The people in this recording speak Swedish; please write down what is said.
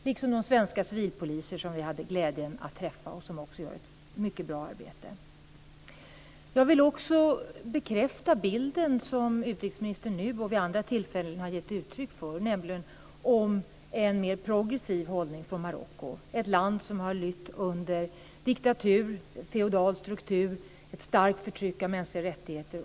Vi hade också glädjen att träffa svenska civilpoliser som också gör ett mycket bra arbete. Jag vill också bekräfta det som utrikesministern nu och vid andra tillfällen har gett uttryck för, nämligen en mer progressiv hållning från Marocko. Det är ju ett land som har lytt under diktatur med en feodal struktur och med ett starkt förtryck av mänskliga rättigheter.